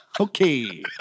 Okay